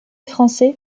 français